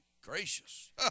gracious